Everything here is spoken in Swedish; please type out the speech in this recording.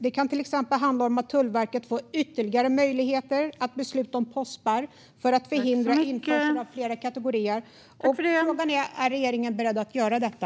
Det kan handla om att Tullverket får ytterligare möjligheter att besluta om postspärr för att förhindra införsel av fler kategorier. Är regeringen beredd att göra detta?